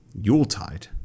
Yuletide